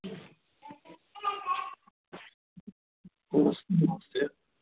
नमस्ते